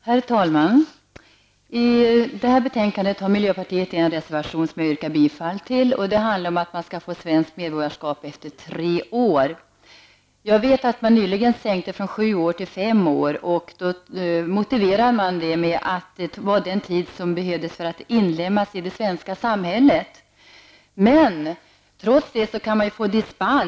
Herr talman! I det här betänkandet har miljöpartiet en reservation som jag yrkar bifall till. Den handlar om att man skall få svenskt medborgarskap efter tre år. Jag vet att man nyligen sänkte kvalifikationstiden från sju till fem år, och det motiverades med att fem år är den tid som behövs för att inlemmas i det svenska samhället. Trots det kan man få dispens.